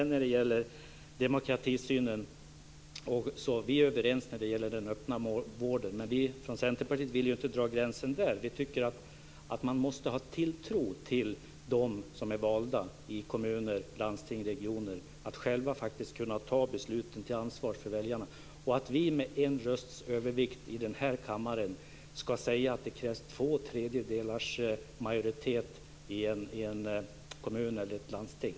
När det gäller demokratisynen är vi överens om den öppna vården, men vi i Centerpartiet vill ju inte dra gränsen där. Vi tycker att man måste ha tilltro till dem som är valda i kommuner, landsting och regioner att själva kunna fatta besluten och ta ansvar för väljarna. Är det verkligen Miljöpartiets demokratisyn att vi med en rösts övervikt i den här kammaren ska säga att det krävs tvåtredjedelsmajoritet i en kommun eller ett landsting?